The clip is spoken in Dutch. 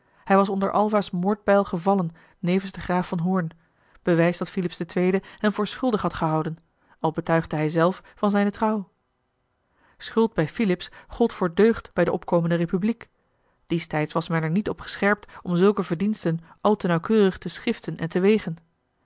hij was onder alba's moordbijl gevallen nevens den graaf van hoorn bewijs dat filips ii hem voor schuldig had gehouden al betuigde hij zelf van zijne trouw schuld bij filips gold voor deugd bij de opkomende republiek diestijds was men er niet op gescherpt om zulke verdiensten al te nauwkeurig te schiften en te wegen